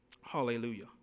Hallelujah